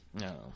no